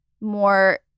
more